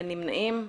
אין נמנעים.